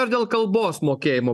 ar dėl kalbos mokėjimo